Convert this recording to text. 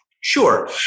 Sure